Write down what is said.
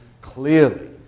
clearly